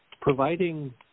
providing